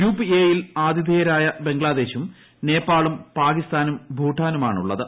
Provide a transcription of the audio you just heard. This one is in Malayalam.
ഗ്രൂപ്പ് എ യിൽ ആതിഥേയരായും ബ്ലഗ്ലാദേശും നേപ്പാളും പാകിസ്ഥാനും ഭൂട്ടാനുമാണ് ഉള്ളത്